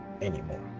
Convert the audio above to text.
anymore